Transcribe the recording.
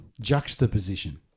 juxtaposition